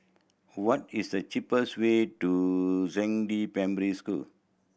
what is the cheapest way to Zhangde Primary School